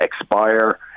expire